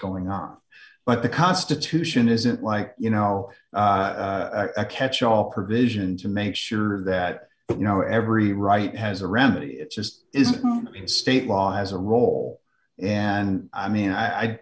going on but the constitution isn't like you know a catch all provision to make sure that you know every right has a remedy it just is a state law has a role and i mean i